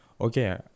Okay